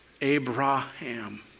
Abraham